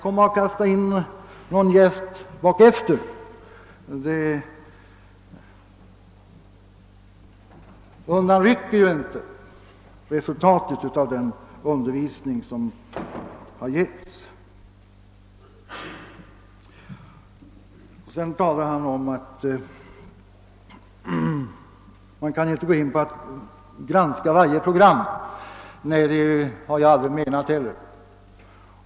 Om man kastar in jästen efteråt genom att klaga, avhjälper ju inte detta verkningarna av den undervisning som redan har getts. Vidare sade utbildningsministern, att man inte kan granska varje program. Nej, det har jag heller aldrig menat.